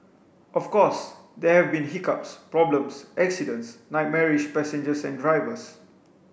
of course there have been hiccups problems accidents nightmarish passengers and drivers